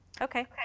Okay